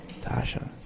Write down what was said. Tasha